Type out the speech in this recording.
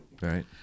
Right